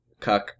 Cuck